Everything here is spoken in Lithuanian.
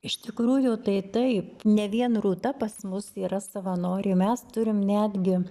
iš tikrųjų tai taip ne vien rūta pas mus yra savanorė mes turim netgi